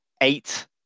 eight